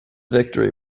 victory